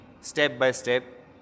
step-by-step